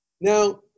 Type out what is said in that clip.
Now